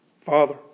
Father